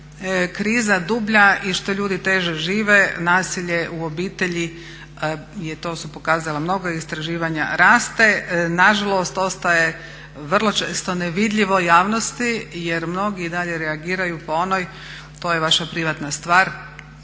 kriza dublja i što ljudi teže žive nasilje u obitelji i to su pokazala mnoga istraživanja raste. Na žalost, ostaje vrlo često nevidljivo javnosti jer mnogi i dalje reagiraju po onoj to je vaša privatna stvar,